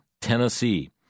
Tennessee